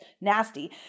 nasty